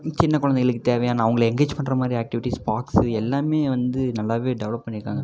சின்னக் குலந்தைங்களுக்கு தேவையான அவங்கள எங்க்ரேஜ் பண்ணுற மாதிரி ஆக்டிவிட்டிஸ் ஸ்பாக்ஸு எல்லாமே வந்து நல்லாவே டெவலப் பண்ணிருக்காங்க